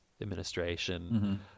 administration